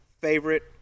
Favorite